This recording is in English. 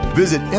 visit